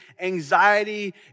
anxiety